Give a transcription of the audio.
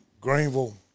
Greenville